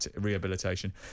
rehabilitation